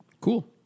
Cool